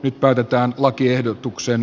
nyt päätetään lakiehdotuksen